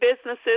businesses